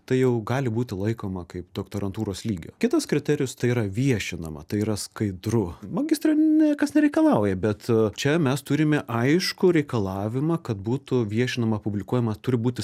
tai jau gali būti laikoma kaip doktorantūros lygio kitas kriterijus tai yra viešinama tai yra skaidru magistre niekas nereikalauja bet čia mes turime aiškų reikalavimą kad būtų viešinama publikuojama turi būti